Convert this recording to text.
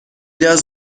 does